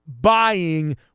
buying